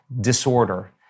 disorder